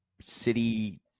city